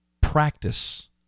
Practice